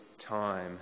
time